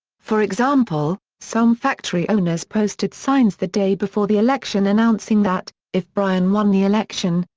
for example, some factory owners posted signs the day before the election announcing that, if bryan won the election,